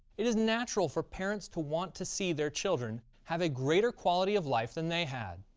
it is natural for parents to want to see their children have a greater quality of life than they had.